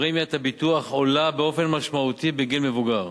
פרמיית הביטוח עולה באופן משמעותי בגיל מבוגר,